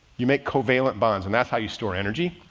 you make covalent bonds. and that's how you store energy.